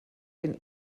den